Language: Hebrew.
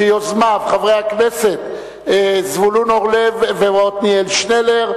שיוזמיו הם חברי הכנסת זבולון אורלב ועתניאל שנלר,